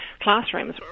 classrooms